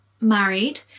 married